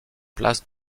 place